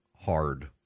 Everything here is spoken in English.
hard